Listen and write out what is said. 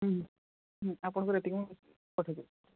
ହୁଁ ହୁଁ ଆପଣଙ୍କର ଏତିକି ମୁଁ ପଠେଇ ଦେଉଛି